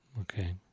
Okay